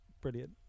Brilliant